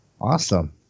Awesome